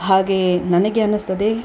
ಹಾಗೆ ನನಗೆ ಅನಿಸ್ತದೆ